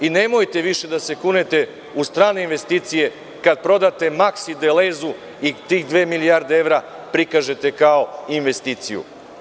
Nemojte više da se kunete u strane investicije, kada prodate „Maksi“ Delezeu i tih dve milijarde evra prikažete kao investiciju.